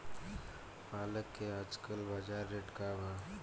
पालक के आजकल बजार रेट का बा?